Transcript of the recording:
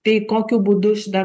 tai kokiu būdu šita